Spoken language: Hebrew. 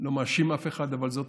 לא מאשים אף אחד, אבל זאת